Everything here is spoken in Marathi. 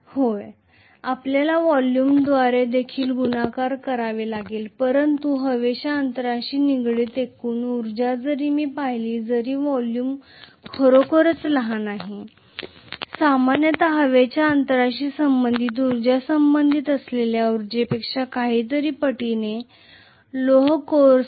होय आपल्याला व्हॉल्यूमद्वारे देखील गुणाकार करावे लागेल परंतु हवेच्या अंतराशी निगडीत एकूण उर्जा जरी मी पाहिली तरी जरी व्हॉल्यूम खरोखरच लहान आहे सामान्यत हवेच्या अंतराशी संबंधित उर्जा लोह कोर संबंधित असलेल्या उर्जेपेक्षा कितीतरी पटीने जास्त आहे